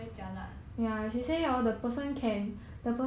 为什么